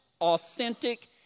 authentic